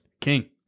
King